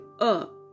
up